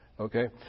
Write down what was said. Okay